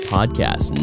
Podcast